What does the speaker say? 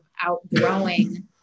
outgrowing